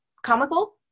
Comical